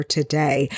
today